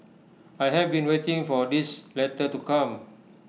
I have been waiting for this letter to come